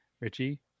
richie